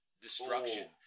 destruction